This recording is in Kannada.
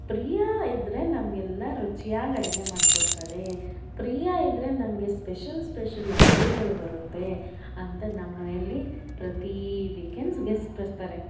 ಪ್ರಿಯ ಇದ್ದರೆ ನಮಗೆಲ್ಲ ರುಚಿಯಾಗಿ ಅಡುಗೆ ಮಾಡ್ಕೊಡ್ತಾಳೆ ಪ್ರಿಯ ಇದ್ದರೆ ನಮಗೆ ಸ್ಪೆಷಲ್ ಸ್ಪೆಷಲ್ ಅಡುಗೆಗಳು ಬರುತ್ತೆ ಅಂತ ನಮ್ಮನೇಲಿ ಪ್ರತಿ ವೀಕೆಂಡ್ಸ್ ಗೆಸ್ಟ್ಸ್ ಬರ್ತಾರೆ